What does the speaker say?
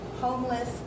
homeless